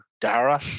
Dara